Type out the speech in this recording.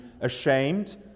ashamed